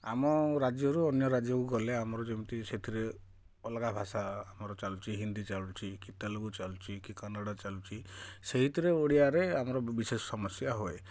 ଆମ ରାଜ୍ୟରୁ ଅନ୍ୟ ରାଜ୍ୟକୁ ଗଲେ ଆମର ଯେମିତି ସେଥିରେ ଅଲଗା ଭାଷା ଆମର ଚାଲୁଛି ହିନ୍ଦୀ ଚାଲୁଛି କି ତେଲୁଗୁ ଚାଲୁଛି କି କନ୍ନଡ଼ ଚାଲୁଛି ସେଇଥିରେ ଓଡ଼ିଆରେ ଆମର ବିଶେଷ ସମସ୍ୟା ହୁଏ